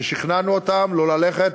שכנענו אותן לא ללכת,